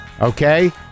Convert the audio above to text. Okay